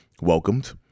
welcomed